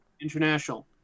International